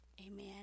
Amen